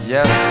Yes